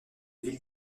ville